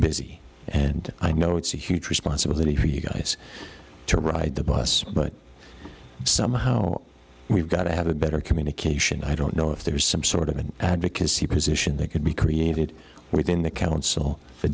busy and i know it's a huge responsibility for you guys to ride the bus but somehow we've got to have a better communication i don't know if there is some sort of an advocacy position that could be created within the council